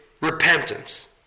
repentance